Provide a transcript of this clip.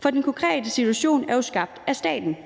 for den konkrete situation er jo skabt af staten.